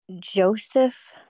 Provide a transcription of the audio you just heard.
Joseph